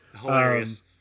Hilarious